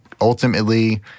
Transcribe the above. ultimately